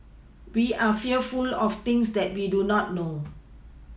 we are fearful of things that we do not know